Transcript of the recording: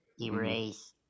erase